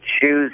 choose